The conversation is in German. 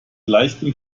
leichtem